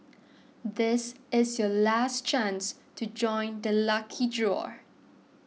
this is your last chance to join the lucky draw